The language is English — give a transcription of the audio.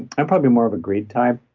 i'm probably more of a greed type.